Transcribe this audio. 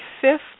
fifth